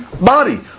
body